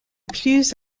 plus